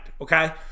okay